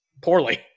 poorly